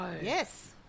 Yes